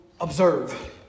observe